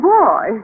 boy